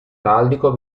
araldico